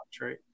Right